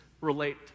relate